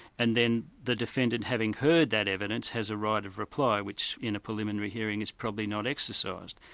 and then the defendant, having heard that evidence, has a right of reply, which in a preliminary hearing is probably not exercised.